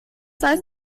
heißt